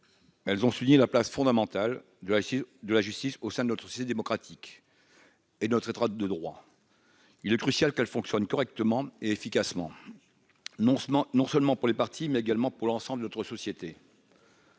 Elles ont souligné la place fondamentale du récit de la justice au sein de notre société démocratique et notre état de droit, il est crucial qu'elles fonctionnent correctement et efficacement non seulement, non seulement pour les partis, mais également pour l'ensemble de notre société.